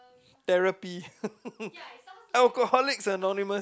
therapy alcoholics anonymous